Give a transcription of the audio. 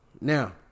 Now